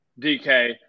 DK